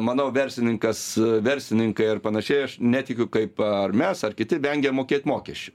manau verslininkas verslininkai ar panašiai aš netikiu kaip ar mes ar kiti vengia mokėt mokesčių